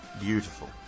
beautiful